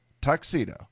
Tuxedo